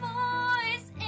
voice